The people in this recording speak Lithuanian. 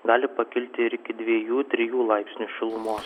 gali pakilti ir iki dviejų trijų laipsnių šilumos